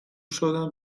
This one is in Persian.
شدم